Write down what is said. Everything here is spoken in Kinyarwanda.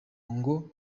ngo